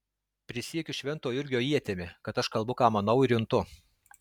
prisiekiu švento jurgio ietimi kad aš kalbu ką manau ir juntu